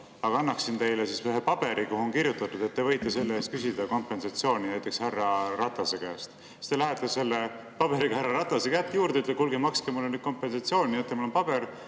annaksin teile ühe paberi, kuhu on kirjutatud, et te võite selle eest küsida kompensatsiooni näiteks härra Ratase käest. Siis te lähete selle paberiga härra Ratase juurde, ütlete, et kuulge, makske mulle nüüd kompensatsiooni, näete, mul on paber.